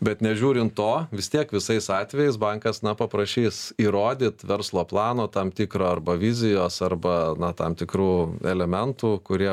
bet nežiūrint to vis tiek visais atvejais bankas na paprašys įrodyt verslo plano tam tikro arba vizijos arba na tam tikrų elementų kurie